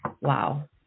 Wow